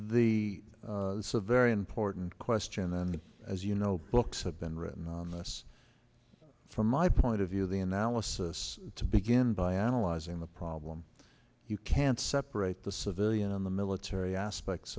a very important question and as you know books have been written on this from my point of view the analysis to begin by analyzing the problem you can't separate the civilian and the military aspects